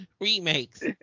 Remakes